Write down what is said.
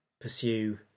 pursue